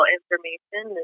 information